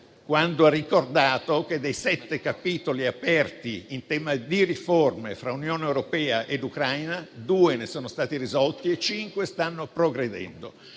quando ha ricordato che, dei sette capitoli aperti in tema di riforme fra Unione europea ed Ucraina, due sono stati risolti e cinque stanno progredendo.